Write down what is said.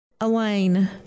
Elaine